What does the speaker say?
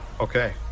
Okay